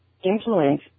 Influence